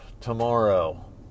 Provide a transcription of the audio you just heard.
tomorrow